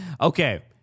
Okay